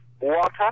water